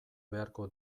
beharko